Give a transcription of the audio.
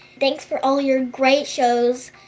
thanks for all your great shows,